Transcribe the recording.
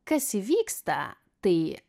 kas įvyksta tai